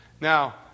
Now